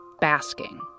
basking